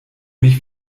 mich